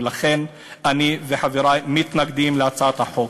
ולכן אני וחברי מתנגדים להצעת החוק.